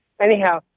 Anyhow